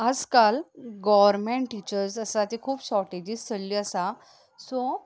आज काल government teachers आसा ती खूब शॉरटेजीस जाल्ली आसा सो